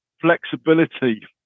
flexibility